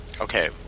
Okay